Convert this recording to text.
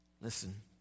Listen